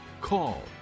call